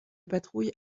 patrouille